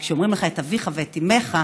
וכשאומרים לך "את אביך ואת אמך"